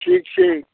ठीक छै